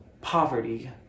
poverty